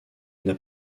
n’a